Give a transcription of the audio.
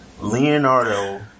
Leonardo